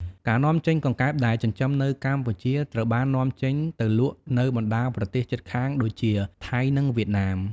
ការនាំចេញ កង្កែបដែលចិញ្ចឹមនៅកម្ពុជាត្រូវបាននាំចេញទៅលក់នៅបណ្ដាប្រទេសជិតខាងដូចជា ថៃ និងវៀតណាម។